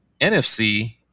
NFC